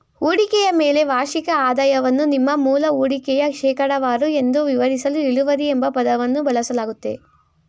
ಹೂಡಿಕೆಯ ಮೇಲಿನ ವಾರ್ಷಿಕ ಆದಾಯವನ್ನು ನಿಮ್ಮ ಮೂಲ ಹೂಡಿಕೆಯ ಶೇಕಡವಾರು ಎಂದು ವಿವರಿಸಲು ಇಳುವರಿ ಎಂಬ ಪದವನ್ನು ಬಳಸಲಾಗುತ್ತೆ